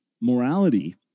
morality